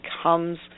becomes